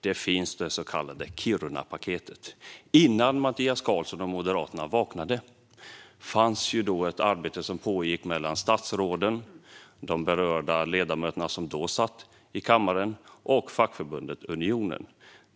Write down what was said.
Det som finns är det så kallade Kirunapaketet. Innan Mattias Karlsson och Moderaterna vaknade fanns ett arbete som pågick mellan statsråden, de berörda ledamöter som då satt i kammaren och fackförbundet Unionen.